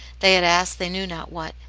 they had asked they knew not what,